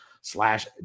slash